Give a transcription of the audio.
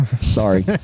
Sorry